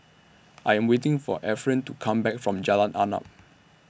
I Am waiting For Ephraim to Come Back from Jalan Arnap